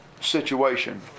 situation